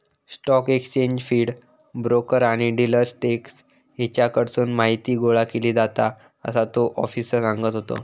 stock exchange feed, broker आणि dealer desk हेच्याकडसून माहीती गोळा केली जाता, असा तो आफिसर सांगत होतो